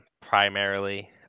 primarily